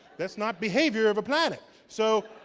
that's not behavior of a planet. so,